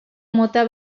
mota